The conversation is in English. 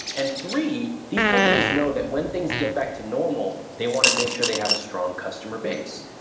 and three, these companies know that when things get back to normal, they wanna make sure they have a strong customer base.